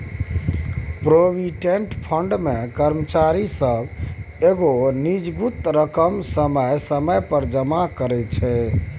provident fund मे कर्मचारी सब एगो निजगुत रकम समय समय पर जमा करइ छै